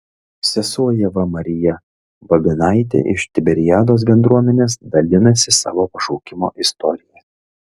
sesuo ieva marija bobinaitė iš tiberiados bendruomenės dalinasi savo pašaukimo istorija